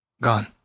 Gone